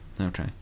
Okay